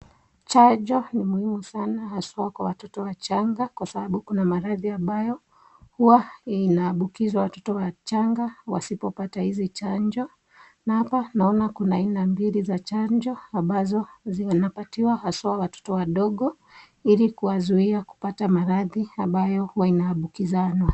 Chanjo ni muhimu sana haswa kwa watoto wachanga kwa sababu kuna maradhi ambayo huwa inaambukiza watoto wachanga wasipopata hizi chanjo na hapa naona kuna aina mbili za chanjo ambazo zinapatiwa haswa watoto wadogo ili kuwazuia kupata maradhi ambayo wanaambukizana.